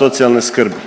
socijalne skrbi.